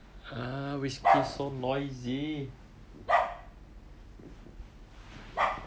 ah whiskey so noisy